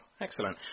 excellent